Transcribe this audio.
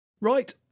Right